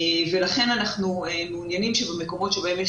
לכן אנחנו מעוניינים שבמקומות בהם יש